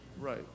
Right